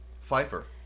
Pfeiffer